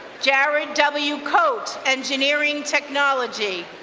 jared w. coat, engineering technology.